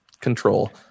control